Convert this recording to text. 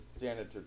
janitor